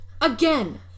Again